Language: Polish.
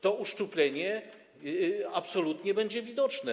To uszczuplenie absolutnie będzie widoczne.